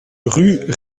rue